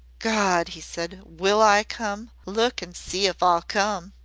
god! he said. will i come? look and see if i'll come.